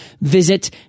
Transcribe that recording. Visit